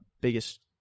biggest